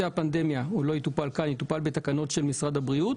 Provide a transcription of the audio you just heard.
הפנדמיה לא יטופל כאן אלא יטופל בתקנות של משרד הבריאות.